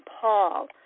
paul